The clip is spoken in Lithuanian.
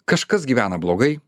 kažkas gyvena blogai